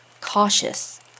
cautious